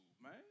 man